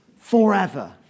Forever